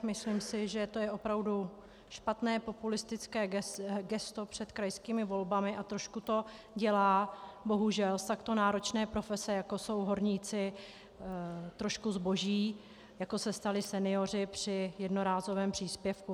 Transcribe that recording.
Myslím si, že to je opravdu špatné, populistické gesto před krajskými volbami a trošku to dělá, bohužel, z takto náročné profese, jako jsou horníci, trošku zboží, jako se stali senioři při jednorázovém příspěvku.